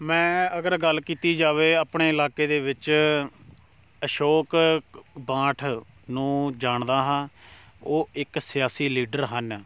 ਮੈਂ ਅਗਰ ਗੱਲ ਕੀਤੀ ਜਾਵੇ ਆਪਣੇ ਇਲਾਕੇ ਦੇ ਵਿੱਚ ਅਸ਼ੋਕ ਬਾਂਠ ਨੂੰ ਜਾਣਦਾ ਹਾਂ ਉਹ ਇੱਕ ਸਿਆਸੀ ਲੀਡਰ ਹਨ